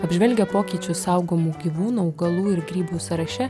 apžvelgę pokyčius saugomų gyvūnų augalų ir grybų sąraše